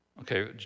Okay